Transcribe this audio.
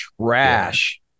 trash